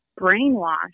brainwashed